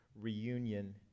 reunion